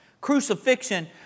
Crucifixion